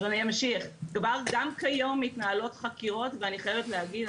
גם כיום מתנהלות חקירות ואני חייבת להגיד,